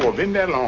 been that long,